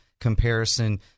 comparison